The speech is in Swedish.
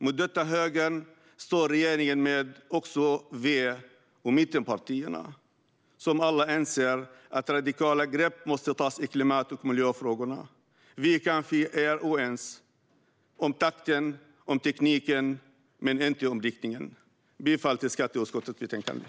Mot denna höger står regeringen men också V och mittenpartierna, som alla inser att radikala grepp måste tas i klimat och miljöfrågorna. Vi kanske är oense om takten och tekniken men inte om riktningen. Jag yrkar bifall till skatteutskottets förslag.